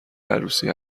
عروسی